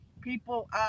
people